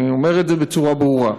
אני אומר את זה בצורה ברורה.